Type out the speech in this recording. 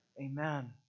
Amen